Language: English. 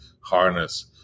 harness